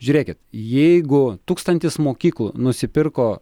žiūrėkit jeigu tūkstantis mokyklų nusipirko